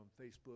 Facebook